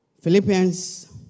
Philippians